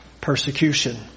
persecution